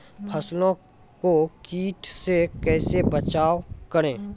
फसलों को कीट से कैसे बचाव करें?